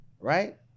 Right